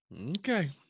okay